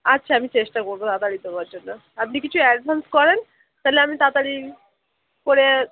আচ্ছা আমি চেষ্টা করব তাড়াতাড়ি দেবার জন্য আপনি কিছু অ্যাডভান্স করেন তাহলে আমি তাড়াতাড়ি করে